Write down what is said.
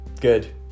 good